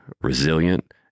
resilient